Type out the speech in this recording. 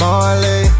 Marley